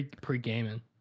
Pre-gaming